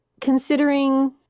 considering